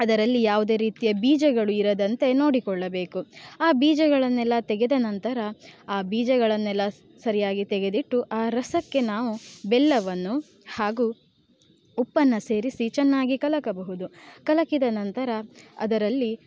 ಅದರಲ್ಲಿ ಯಾವುದೇ ರೀತಿಯ ಬೀಜಗಳು ಇರದಂತೆ ನೋಡಿಕೊಳ್ಳಬೇಕು ಆ ಬೀಜಗಳನ್ನೆಲ್ಲ ತೆಗೆದ ನಂತರ ಆ ಬೀಜಗಳನ್ನೆಲ್ಲ ಸರಿಯಾಗಿ ತೆಗೆದಿಟ್ಟು ಆ ರಸಕ್ಕೆ ನಾವು ಬೆಲ್ಲವನ್ನು ಹಾಗೂ ಉಪ್ಪನ್ನು ಸೇರಿಸಿ ಚೆನ್ನಾಗಿ ಕಲಕಬಹುದು ಕಲಕಿದ ನಂತರ ಅದರಲ್ಲಿ